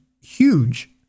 huge